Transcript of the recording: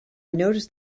noticed